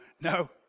no